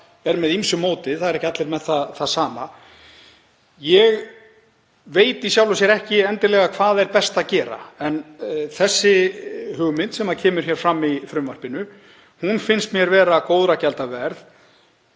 þar er með ýmsu móti. Það eru ekki allir með það sama. Ég veit í sjálfu sér ekki endilega hvað er best að gera, en sú hugmynd sem kemur fram í frumvarpinu finnst mér vera góðra gjalda verð.